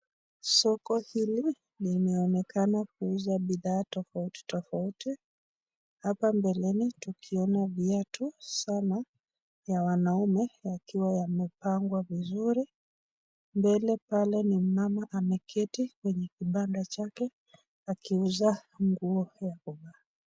Soko hili linaonekana kuuza bidhaa tofauti tofauti. Hapa mbeleni tukiona viatu sana ya wanaume yakiwa yamepangwa vizuri. Mbele pale ni mama ameketi kwenye kibanda chake akiuza nguo ya kuvaa.